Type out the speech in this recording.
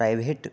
private